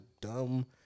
dumb